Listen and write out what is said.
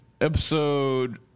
episode